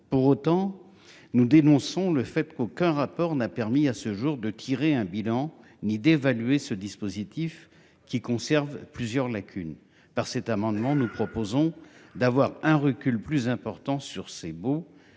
Pour autant, nous dénonçons le fait qu'aucun rapport n'a permis à ce jour de tirer un bilan ni d'évaluer ce dispositif qui conserve plusieurs lacunes par cet amendement. Nous proposons d'avoir un recul plus important sur ces beaux